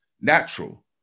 natural